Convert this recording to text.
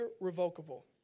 irrevocable